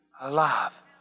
alive